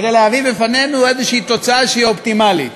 כדי להביא בפנינו איזו תוצאה שהיא אופטימלית,